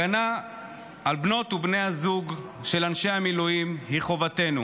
הגנה על בנות ובני הזוג של אנשי המילואים היא חובתנו,